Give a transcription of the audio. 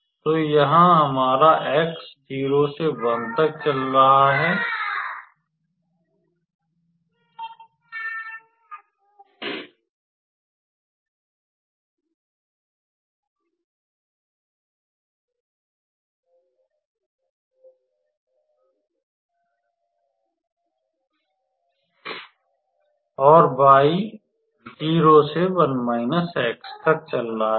तो यहाँ हमारा x 0 से 1 तक चल रहा है और y 0 से 1 x तक चल रहा है